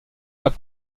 pas